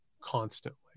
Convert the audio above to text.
constantly